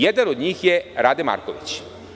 Jedan od njih je Rade Marković.